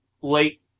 late